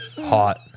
Hot